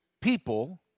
people